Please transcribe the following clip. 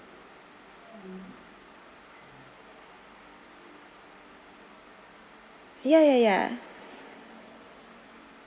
ya ya ya